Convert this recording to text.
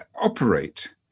operate